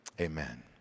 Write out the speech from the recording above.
amen